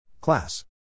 Class